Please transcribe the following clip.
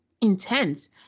intense